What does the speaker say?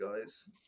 guys